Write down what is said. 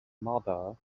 mother